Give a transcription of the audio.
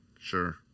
sure